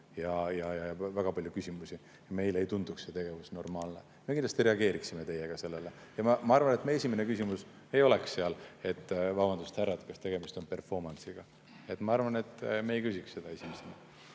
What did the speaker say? ja väga palju küsimusi. Meile teiega ei tunduks selline tegevus normaalne ja me kindlasti reageeriksime sellele. Ja ma arvan, et meie esimene küsimus ei oleks see: "Vabandust, härrad, kas tegemist onperformance'iga?" Ma arvan, et me ei küsiks seda esimesena.